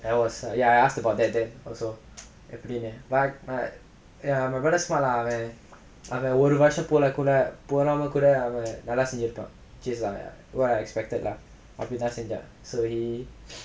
I was ya I asked about that that also எப்டினு:epdinu but ya my brother smart lah leh அவன் அவன் ஒரு வருசம் போல கூட போலாம கூட அவன் நல்லா செஞ்சுருக்கான்:avan avan oru varusam pola kooda polaama kooda nallaa senjurukkaan expected lah அப்டிதா செஞ்சான்:apdithaa senjaan so he